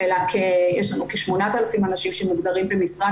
אלא יש לנו כ-8,000 אנשים שמוגדרים במשרת